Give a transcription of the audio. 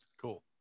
Cool